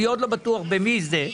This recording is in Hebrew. אני עוד לא בטוח במי זה,